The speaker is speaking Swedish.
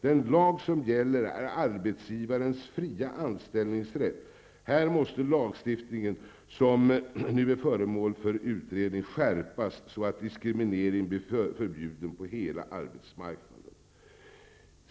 Den lag som gäller på detta område är arbetsgivarens fria anställningsrätt. Här måste lagstiftningen, som nu är föremål för utredning, skärpas så, att diskriminering blir förbjuden på hela arbetsmarknaden.